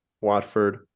Watford